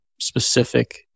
specific